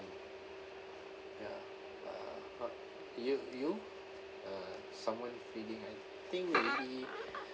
ya uh you you uh someone feeling I think maybe